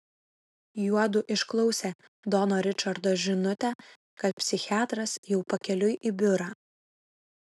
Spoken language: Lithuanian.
juodu išklausė dono ričardo žinutę kad psichiatras jau pakeliui į biurą